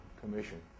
Commission